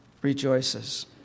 Rejoices